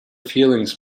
feelings